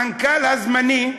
המנכ"ל הזמני,